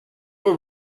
were